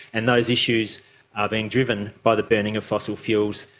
and those issues are being driven by the burning of fossil fuels,